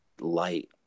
light